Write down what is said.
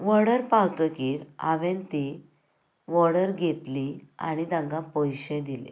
order पावतकीर हांवेन ती वाॅर्डर घेतली आनी ताका पयशे दिले